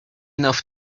enough